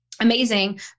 amazing